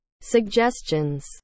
suggestions